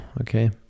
Okay